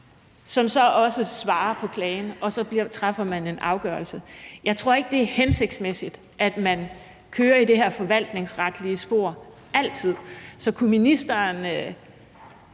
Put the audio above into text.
som så også svarer på klagen, og så træffer man en afgørelse. Jeg tror ikke, at det er hensigtsmæssigt, at man altid kører i det her forvaltningsretlige spor. Så kunne ministeren